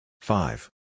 Five